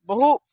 बहु